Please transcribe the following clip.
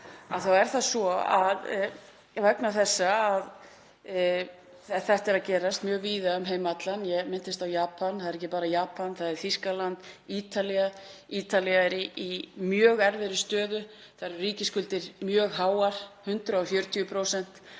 á hækkun lífaldurs þjóða, þetta er að gerast mjög víða um heim allan. Ég minntist á Japan en það er ekki bara Japan, það er Þýskaland og Ítalía. Ítalía er í mjög erfiðri stöðu, þar eru ríkisskuldir mjög háar, 140%